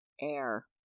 air